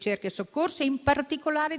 ricerca e soccorso e in particolare